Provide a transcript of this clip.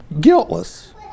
guiltless